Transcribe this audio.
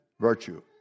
virtue